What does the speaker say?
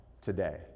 today